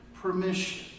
permission